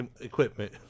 equipment